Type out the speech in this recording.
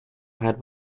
had